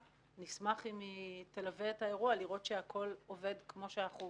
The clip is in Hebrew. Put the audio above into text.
נשמח אם הוועדה תלווה את האירוע לראות שהכל עובד כמו שאנחנו